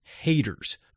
Haters